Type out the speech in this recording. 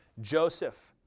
Joseph